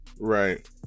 Right